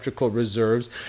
reserves